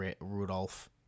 Rudolph